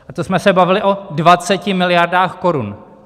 A to jsme se bavili o 20 miliardách korun.